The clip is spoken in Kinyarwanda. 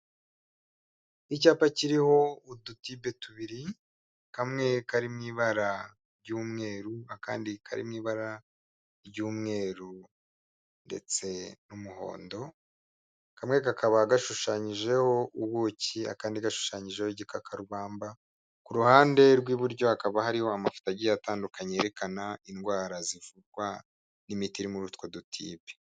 Icyapa kiriho udutibe tubiri, kamwe kari mu ibara ry'umweru akandi kari mu ibara ry'umweru ndetse n'umuhondo, kamwe kakaba gashushanyijeho ubuki akandi gashushanyijeho igikakabamba, ku ruhande rw'iburyo hakaba hariho amafoto agiye atandukanye yerekana indwara zivurwa n'imiti iri muri utwo dutibe.